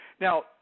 Now